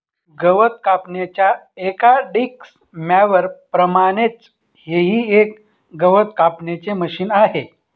गवत कापण्याच्या एका डिक्स मॉवर प्रमाणेच हे ही एक गवत कापण्याचे मशिन आहे